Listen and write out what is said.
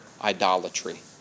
idolatry